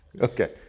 Okay